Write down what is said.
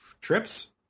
Trips